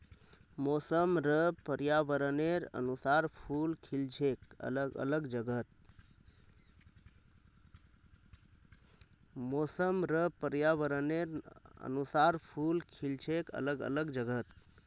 मौसम र पर्यावरनेर अनुसार फूल खिल छेक अलग अलग जगहत